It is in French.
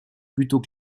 plutôt